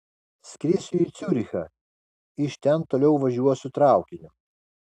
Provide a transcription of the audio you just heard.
skrisiu į ciurichą iš ten toliau važiuosiu traukiniu